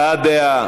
הבעת דעה.